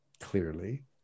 clearly